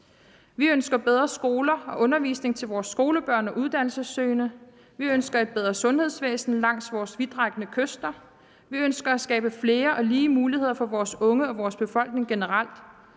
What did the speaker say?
Vi ønsker bedre skoler og undervisning til vores skolebørn og uddannelsessøgende. Vi ønsker et bedre sundhedsvæsen langs vores vidtrækkende kyster. Vi ønsker at skabe flere og lige muligheder for vores unge og vores befolkning generelt.